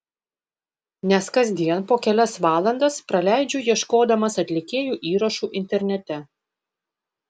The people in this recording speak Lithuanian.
nes kasdien po kelias valandas praleidžiu ieškodamas atlikėjų įrašų internete